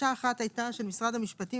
אחת הייתה של משרד המשפטים,